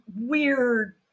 weird